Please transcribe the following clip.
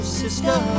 sister